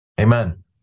Amen